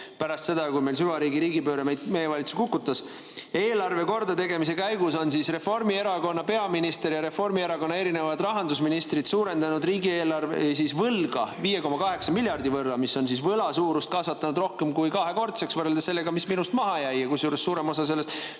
pärast seda, kui süvariigi riigipööre meie valitsuse kukutas. Eelarve kordategemise käigus on Reformierakonna peaminister ja Reformierakonna erinevad rahandusministrid suurendanud riigivõlga 5,8 miljardi võrra, mis on võla suuruse kasvatanud rohkem kui kahekordseks võrreldes sellega, mis minust maha jäi. Kusjuures minu ajal